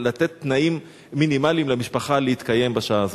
לתת תנאים מינימליים למשפחה להתקיים בשעה הזאת?